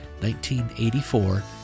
1984